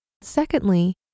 Secondly